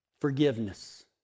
forgiveness